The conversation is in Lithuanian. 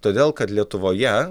todėl kad lietuvoje